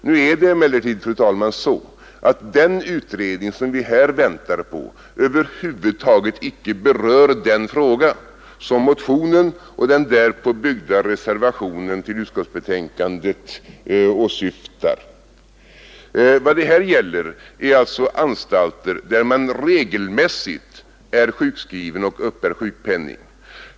Nu är det emellertid så, fru talman, att den utredning som vi här väntar på över huvud taget inte berör den fråga som motionen och den därpå byggda reservationen till utskottsbetänkandet åsyftar. Vad det här gäller är alltså anstalter där man regelmässigt är sjukskriven och uppbär sjukpenning.